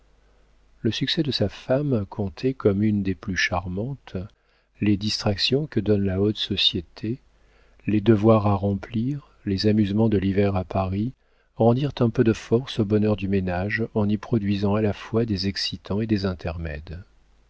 le succès de sa femme comptée comme une des plus charmantes les distractions que donne la haute société les devoirs à remplir les amusements de l'hiver à paris rendirent un peu de force au bonheur du ménage en y produisant à la fois des excitants et des intermèdes